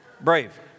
Brave